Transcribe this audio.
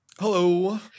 Hello